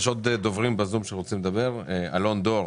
אלון דור,